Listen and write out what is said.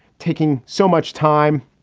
taking so much time